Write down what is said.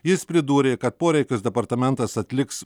jis pridūrė kad poreikius departamentas atliks